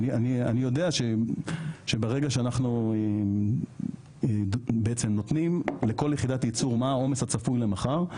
אני יודע שברגע שאנחנו נותנים לכל יחידת יצור מה העומס הצפוי למחר,